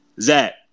Zach